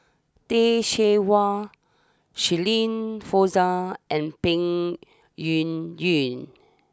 Teh Cheang Wan Shirin Fozdar and Peng Yuyun